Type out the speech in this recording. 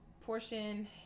portion